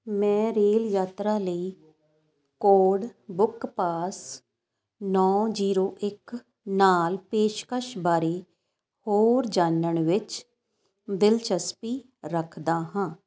ਮੈਂ ਰੇਲ ਯਾਤਰਾ ਲਈ ਕੋਡ ਬੁੱਕ ਪਾਸ ਨੌਂ ਜੀਰੋ ਇੱਕ ਨਾਲ ਪੇਸ਼ਕਸ਼ ਬਾਰੇ ਹੋਰ ਜਾਨਣ ਵਿੱਚ ਦਿਲਚਸਪੀ ਰੱਖਦਾ ਹਾਂ